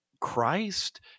Christ